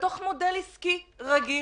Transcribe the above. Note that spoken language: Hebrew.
בתוך מודל עסקי רגיל